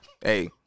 Hey